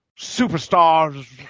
Superstars